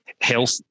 health